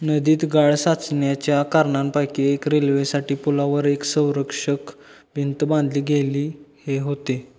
नदीत गाळ साचण्याच्या कारणांपैकी एक रेल्वेसाठी पुलावर एक संरक्षक भिंत बांधली गेली हे होते